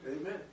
Amen